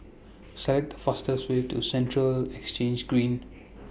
set The fastest Way to Central Exchange Green